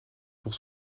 pour